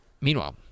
Meanwhile